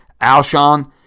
Alshon